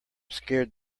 scared